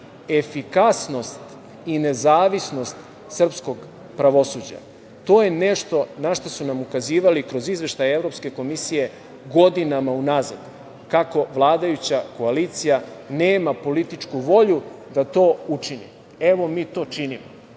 efikasnost i nezavisnost srpskog pravosuđa. To je nešto na šta su nam ukazivali kroz izveštaje Evropske komisije godinama unazad, kako vladajuća koalicija nema političku volju da to učini. Evo, mi to činimo. Danas